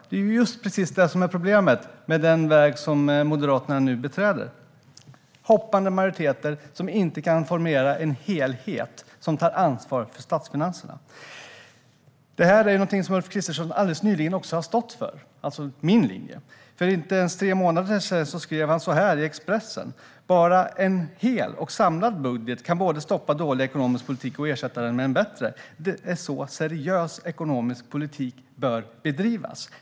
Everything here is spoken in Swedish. Det är precis det som är problemet med den väg som Moderaterna nu beträder med hoppande majoriteter som inte kan formera en helhet som tar ansvar för statsfinanserna. Detta har Ulf Kristersson alldeles nyligen stått för - alltså min linje. För inte ens tre månader sedan skrev Ulf Kristersson i Expressen: "Bara en hel och samlad budget kan både stoppa dålig ekonomisk politik, och ersätta den med en bättre.